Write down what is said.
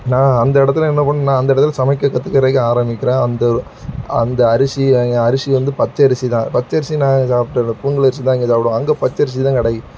நான் அந்த இடத்துல என்ன பண்ண நான் அந்த இடத்துல சமைக்க கற்றுக்கிறதுக்கு ஆரமிக்கிறேன் அந்த அந்த அரிசி அரிசி வந்து பச்சரிசி தான் பச்சரிசி நாங்கள் சாப்பிட்டதில்ல புழுங்கலரிசி தான் இங்க சாப்பிடுவோம் அங்கே பச்சரிசி தான் கிடைக்கும்